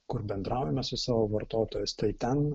kur bendraujame su savo vartotojas tai ten